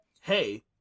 hey